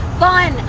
fun